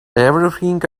everything